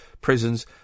prisons